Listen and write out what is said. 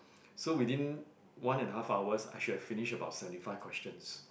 so within one and a half hours I should have finished about seventy five questions